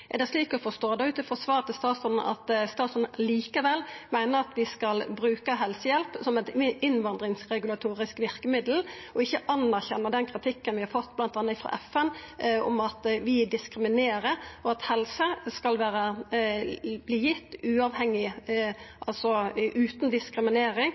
Er det slik å forstå, ut frå svaret frå statsråden, at statsråden likevel meiner vi skal bruka helsehjelp som eit innvandringsregulatorisk verkemiddel og ikkje anerkjenna den kritikken vi har fått bl.a. frå FN om at vi diskriminerer, og at helse skal verta gitt utan diskriminering